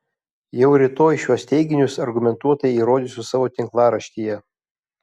jau rytoj šiuos teiginius argumentuotai įrodysiu savo tinklaraštyje